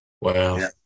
Wow